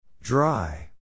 Dry